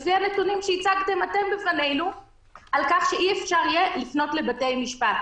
לפי הנתונים שהצגתם אתם בפנינו על כך שאי-אפשר יהיה לפנות לבתי-משפט.